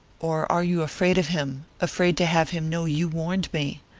or are you afraid of him afraid to have him know you warned me?